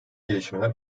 gelişmeler